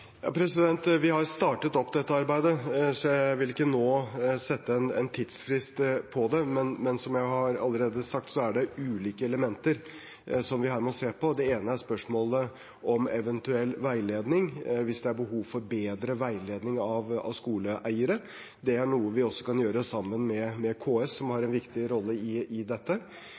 Vi har jo startet opp dette arbeidet, men jeg vil ikke nå sette noen tidsfrist på det. Som jeg allerede har sagt, er det ulike elementer vi må se på. Det ene er spørsmålet om eventuell veiledning, hvis det er behov for bedre veiledning av skoleeierne. Det er også noe vi kan gjøre sammen med KS, som har en viktig rolle i dette, og det er noe som man kan gjøre i